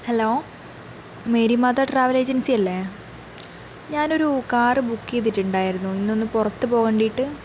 hello Marymatha travel ഏജൻസിയല്ലേ ഞാനൊരു car book ചെയ്തിട്ടുണ്ടായിരുന്നു ഇന്നൊന്നു പുറത്ത് പോകുവാൻ വേണ്ടിയിട്ട്